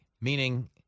meaning